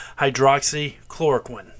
hydroxychloroquine